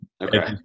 Okay